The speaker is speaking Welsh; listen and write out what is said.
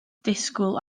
disgwyl